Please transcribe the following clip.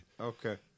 Okay